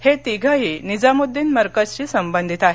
हे तिघेही निझामुद्दीन मरकजशी संबंधित आहेत